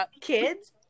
kids